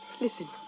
Listen